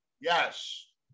Yes